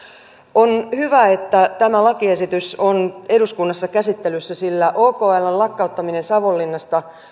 on hyvä että tämä lakiesitys on eduskunnassa käsittelyssä sillä okln lakkauttaminen savonlinnasta